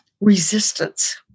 resistance